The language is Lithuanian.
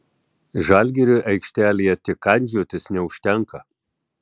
žalgiriui aikštelėje tik kandžiotis neužtenka